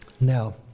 Now